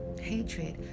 hatred